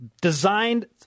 designed